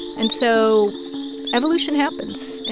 and so evolution happens. and